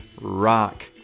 rock